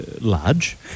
large